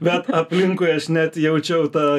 bet aplinkui aš net jaučiau tą